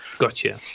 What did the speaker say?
Gotcha